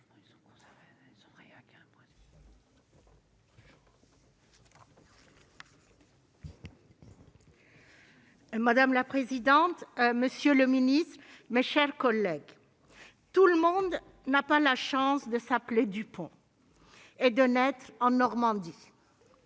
Madame la présidente, monsieur le ministre, mes chers collègues, tout le monde n'a pas la chance de s'appeler Dupont et de naître en Normandie.